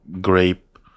grape